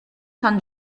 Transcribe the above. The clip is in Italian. san